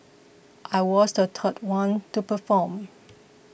I was the third one to perform